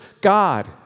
God